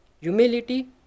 humility